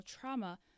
trauma